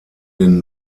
den